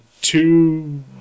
two